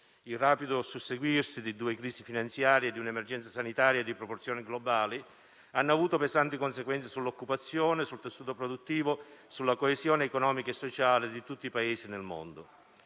Il rapido susseguirsi di due crisi finanziarie e di un'emergenza sanitaria di proporzioni globali ha avuto pesanti conseguenze sull'occupazione, sul tessuto produttivo, sulla coesione economica e sociale di tutti i Paesi nel mondo.